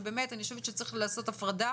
ובאמת אני חושבת שצריך לעשות הפרדה